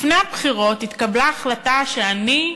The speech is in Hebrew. לפני הבחירות התקבלה החלטה שאני,